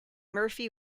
murphy